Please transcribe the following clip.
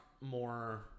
more